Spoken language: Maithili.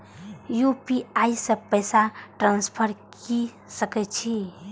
यू.पी.आई से पैसा ट्रांसफर की सके छी?